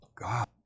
God